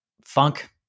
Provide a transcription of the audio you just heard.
funk